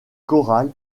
corral